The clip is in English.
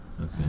Okay